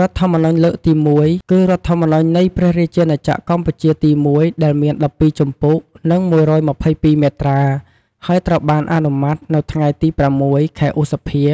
រដ្ឋធម្មនុញ្ញលើកទី១ គឺរដ្ឋធម្មនុញ្ញនៃព្រះរាជាណាចក្រកម្ពុជាទី១ ដែលមាន ១២ជំពូក និង ១២២មាត្រា ហើយត្រូវបានអនុម័តនៅថ្ងៃទី០៦ ខែឧសភា